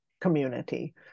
community